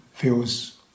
feels